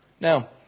Now